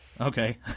Okay